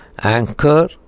Anchor